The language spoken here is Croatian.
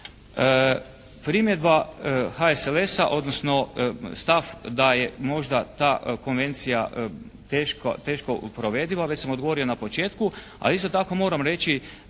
Primjedba HSLS-a odnosno stav da je možda ta konvencija teško provediva već sam odgovorio na početku. Ali isto tako moram reći